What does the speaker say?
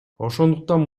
ошондуктан